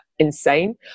insane